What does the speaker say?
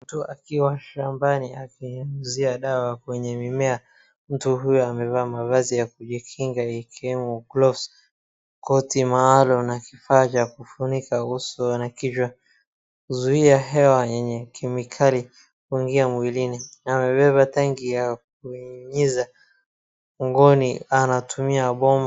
Mtu akiwa shambani akinyunyizia dawa kwenye mimea, mtu huyu amevaa mavazi ya kujikinga ikiwemo gloves , koti maalum na kifaa cha kufunika uso na kichwa kuzuia hewa yenye kemikali kuingia mwilini amebeba tangi la kunyunyiza mgongoni, anatumia mbombo.